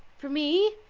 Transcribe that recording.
for me!